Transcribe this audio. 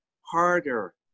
harder